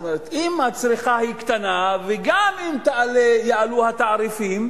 זאת אומרת, אם הצריכה קטנה, וגם אם יעלו התעריפים,